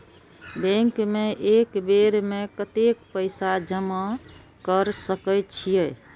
Bank में एक बेर में कतेक पैसा जमा कर सके छीये?